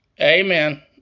Amen